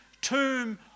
tomb